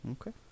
Okay